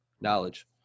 Knowledge